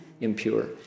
Impure